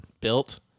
Built